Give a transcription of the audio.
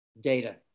data